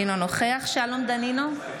אינו נוכח שלום דנינו,